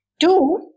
Two